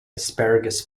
asparagus